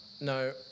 No